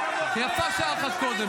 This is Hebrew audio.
יפה שעה אחת קודם.